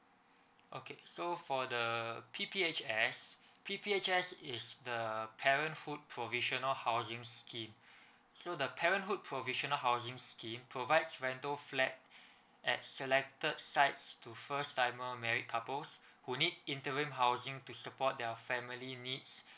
okay so for the P_P_H_S P_P_H_S is the parenthood provisional housing scheme so the parenthood provisional housing scheme provides rental flat at selected sides to first timer married couples who need interim housing to support their family needs